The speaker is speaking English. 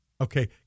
Okay